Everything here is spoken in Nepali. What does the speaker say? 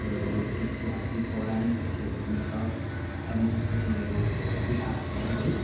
यसको अब ऐतिहासिक पौराणिक तथ्यहरू पनि छ अनि त्यस पछि अब तिहार छ है